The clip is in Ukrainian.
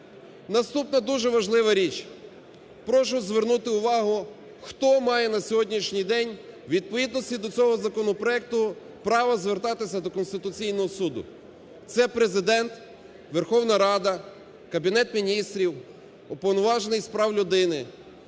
Наступна дуже важлива річ. Прошу звернути увагу, хто має на сьогоднішній день у відповідності до цього законопроекту право звертатися до Конституційного Суду. Це Президент, Верховна Рада, Кабінет Міністрів, Уповноважений з прав людини.